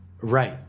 Right